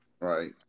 right